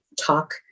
talk